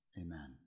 amen